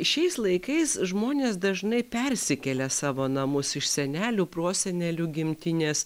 šiais laikais žmonės dažnai persikelia savo namus iš senelių prosenelių gimtinės